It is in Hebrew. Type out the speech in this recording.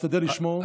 משתדל לשמור,